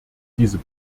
diese